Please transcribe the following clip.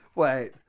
Wait